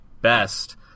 best